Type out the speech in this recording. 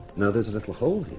and there's a little hole.